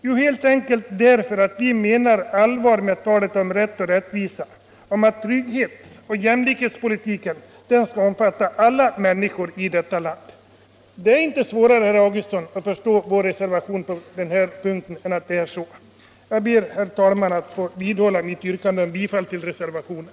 Jo, helt enkelt därför att vi menar allvar med talet om att trygghetsoch jämlikhetspolitiken skall omfatta alla människor i detta land. Svårare är det inte heller att förstå vår reservation på denna punkt. Herr talman! Jag vidhåller mitt yrkande om bifall till reservationen.